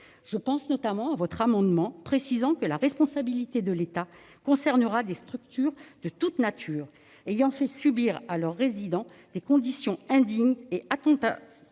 Je pense notamment à votre amendement tendant à préciser que la responsabilité de l'État concernera des structures « de toute nature » ayant fait subir à leurs résidents des conditions indignes et attentatoires